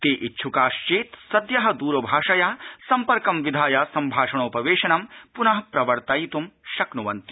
ते इच्छुकाश्चेत् सद्यः दूरभाषया सम्पर्क विधाय सम्भाषणोपवेशनं पुनः प्रवर्तयितुं शक्रुवन्ति